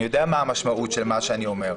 אני יודע מה המשמעות של מה שאני אומר.